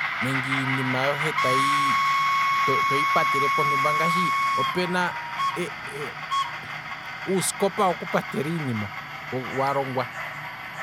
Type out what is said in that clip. Nenge iinima yohe tayi toyi patele pontumba. ngaashi opena uusikopa woku patela iinima wa longwa.